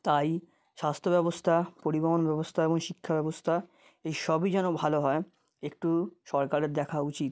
তাই স্বাস্থ্য ব্যবস্থা পরিবহণ ব্যবস্থা এবং শিক্ষা ব্যবস্থা এই সবই যেন ভালো হয় একটু সরকারের দেখা উচিত